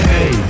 Hey